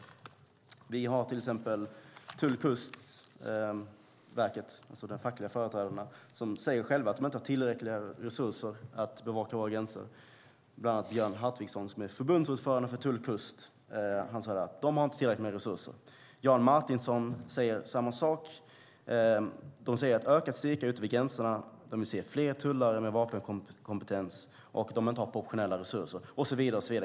Vi har till exempel Tull-Kust. Det är alltså fackliga företrädare som säger att de inte har tillräckliga resurser för att bevaka våra gränser. Björn Hartvigsson, som är förbundsordförande för Tull-Kust, säger att de inte har tillräckligt med resurser. Jan Martinsson säger samma sak. De vill se en ökad styrka ute vid gränserna. De vill se fler tullare med vapenkompetens. De har inte proportionella resurser och så vidare.